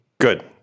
Good